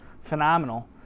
phenomenal